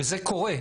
וזה קורה.